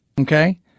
Okay